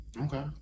Okay